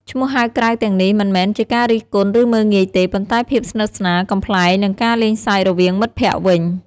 ឈ្មោះហៅក្រៅទាំងនេះមិនមែនជាការរិះគន់ ឬមើលងាយទេ ប៉ុន្តែភាពស្និទ្ធស្នាល កំប្លែង និងការលេងសើចរវាងមិត្តភក្ដិវិញ។